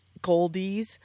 Goldies